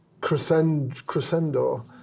crescendo